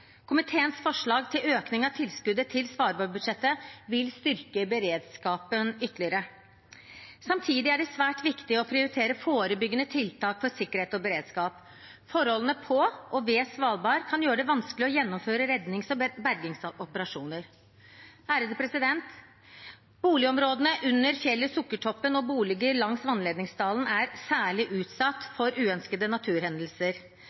Komiteens forslag til økning av tilskuddet på svalbardbudsjettet vil styrke beredskapen ytterligere. Samtidig er det svært viktig å prioritere forebyggende tiltak for sikkerhet og beredskap. Forholdene på og ved Svalbard kan gjøre det vanskelig å gjennomføre rednings- og bergingsoperasjoner. Boligområdene under fjellet Sukkertoppen og boliger langs Vannledningsdalen er særlig utsatt for uønskede naturhendelser.